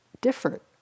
different